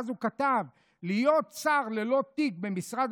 אז הוא כתב: "להיות 'שר ללא תיק במשרד